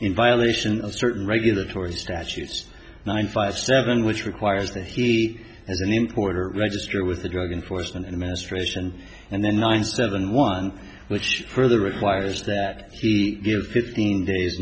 in violation of certain regulatory statutes ninety five seven which requires that he has an importer register with the drug enforcement administration and the nine seven one which further requires that fifteen days